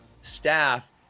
staff